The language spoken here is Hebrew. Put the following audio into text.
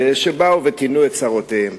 שבאו ותינו את צרותיהם.